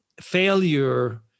failure